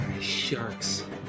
Sharks